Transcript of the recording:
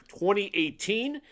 2018